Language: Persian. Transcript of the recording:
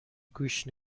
گوش